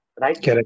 right